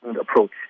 approach